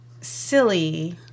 silly